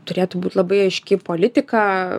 turėtų būt labai aiški politika